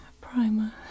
primer